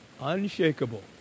unshakable